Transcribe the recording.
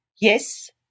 Yes